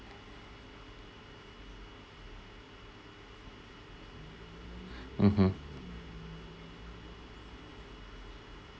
mmhmm